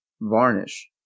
varnish